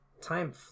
Time